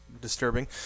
disturbing